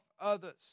others